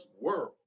world